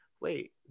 wait